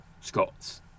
Scots